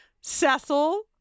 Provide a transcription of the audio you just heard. Cecil